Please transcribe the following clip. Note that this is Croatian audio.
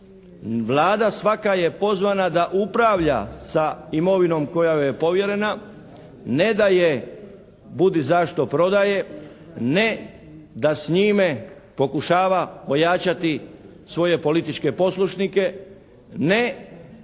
Vlada svaka je pozvana da upravlja sa imovinom koja joj je povjerena, ne daje bud i zašto prodaje, ne da s njime pokušava ojačati svoje političke poslušnike, ne da preko